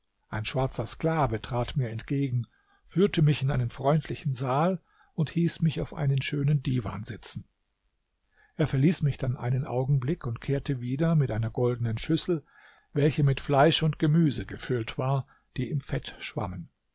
ein schwarzer sklave trat mir entgegen führte mich in einen freundlichen saal und hieß mich auf einen schönen divan sitzen er verließ mich dann einen augenblick und kehrte wieder mit einer goldenen schüssel welche mit fleisch und gemüse gefüllt war die im fett schwammen